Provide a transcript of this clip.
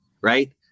right